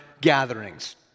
gatherings